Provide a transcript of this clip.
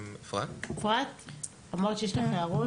אפרת, אמרת שיש לך הערות?